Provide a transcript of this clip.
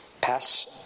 pass